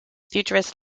futurist